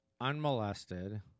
unmolested